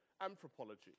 anthropology